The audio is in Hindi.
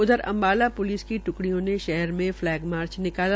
उधर अम्बाला पृलिस पृलिस की ट्रकडियों ने शहर में फलैग मार्च निकाला